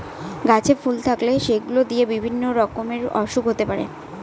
গাছে ফুল থাকলে সেগুলো দিয়ে বিভিন্ন রকমের ওসুখ হতে পারে